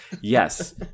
Yes